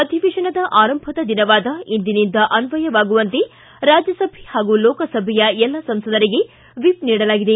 ಅಧಿವೇತನದ ಆರಂಭದ ದಿನವಾದ ಇಂದಿನಿಂದ ಅನ್ವಯವಾಗುವಂತೆ ರಾಜ್ಯಸಭೆ ಹಾಗೂ ಲೋಕಸಭೆಯ ಎಲ್ಲ ಸಂಸದರಿಗೆ ವಿಪ್ ನೀಡಲಾಗಿದೆ